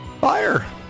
Fire